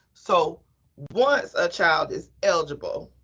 so once a child is eligible,